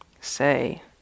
say